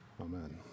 Amen